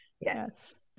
yes